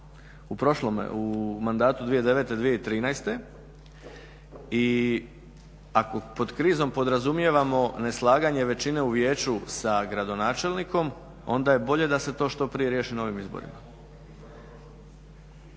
u smislu, u mandatu 2009.-2013. i ako pod krizom podrazumijevamo neslaganje većine u vijeću sa gradonačelnikom, onda je bolje da se to što prije riješi na ovim izborima.